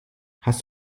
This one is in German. hast